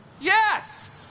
Yes